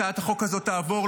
אם הצעת החוק הזאת תעבור,